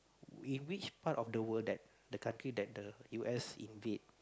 in which part of the world that the country that the U_S invade